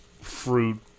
fruit